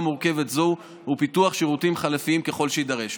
מורכבת זו ופיתוח שירותים חלופיים ככל שיידרש.